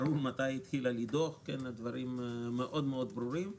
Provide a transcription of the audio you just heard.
ברור מתי היא התחילה לדעוך, הדברים ברורים מאוד.